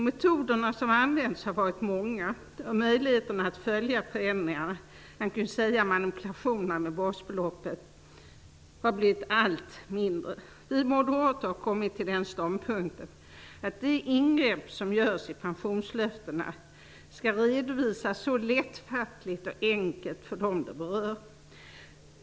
Metoderna som använts har varit många. Möjligheterna att följa förändringarna, man skulle kunna säga manipulationerna, med basbeloppet har blivit allt mindre. Vi moderater har kommit till den ståndpunkten att de ingrepp som görs i pensionslöftena skall redovisas så lättfattligt och enkelt som möjligt för dem de berör.